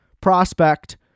prospect